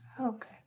Okay